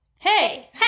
hey